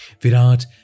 Virat